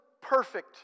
perfect